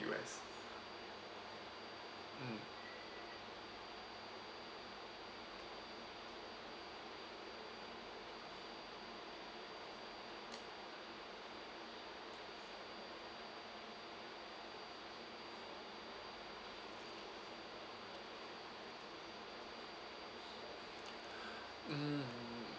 U_S mm mm